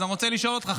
אז אני רוצה לשאול אותך,